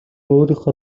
өөрийнхөө